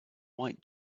white